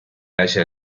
halla